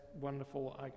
wonderful